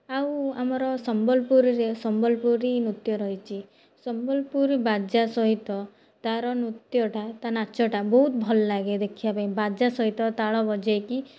ଆଉ ଆମର ସମ୍ବଲପୁରରେ ସମ୍ବଲପୁରୀ ନୃତ୍ୟ ରହିଛି ସମ୍ବଲପୁରୀ ବାଜା ସହିତ ତା'ର ନୃତ୍ୟଟା ତା' ନାଚଟା ବହୁତ ଭଲ ଲାଗେ ଦେଖିବା ପାଇଁ ବାଜା ସହିତ ତାଳ ବଜାଇକି